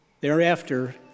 Thereafter